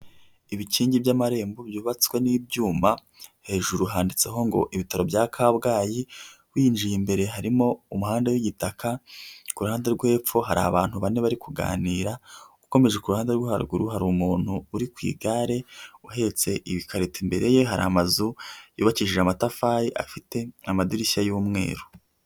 Ibikingi by'amarembo byubatswe n'ibyuma hejuru handitseho ngo ibitaro bya Kabgayi winjiye imbere harimo umuhanda w'igitaka kuruhande rw'epfo hari abantu bane bari kuganira ukomeje ku ruhande rwaruguru hari umuntu uri ku igare uhetse ibikarito imbere ye hari amazu yubakishije amatafari afite amadirishya y'umweru.